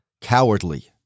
cowardly